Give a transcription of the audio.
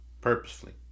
purposefully